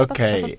Okay